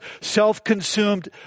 self-consumed